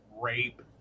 rape